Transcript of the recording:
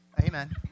Amen